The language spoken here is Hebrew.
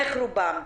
איך רובן?